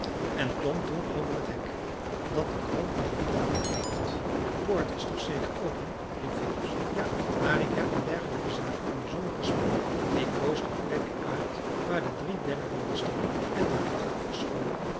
ik en klom toen over het hek dat den grond der villa omgeeft de poort was toch zeker open riep phelps ja maar ik heb in dergelijke zaken een bijzonderen smaak ik koos de plek uit waar de drie denneboomen staan en daarachter verscholen